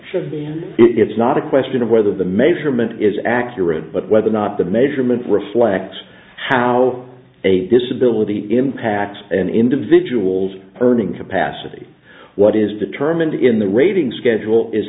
should be and it's not a question of whether the measurement is accurate but whether or not the measurement reflects how a disability impacts an individuals earning capacity what is determined in the ratings schedule is